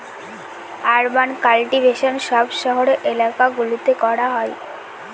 urban cultivation সব শহরের এলাকা গুলোতে করা হয়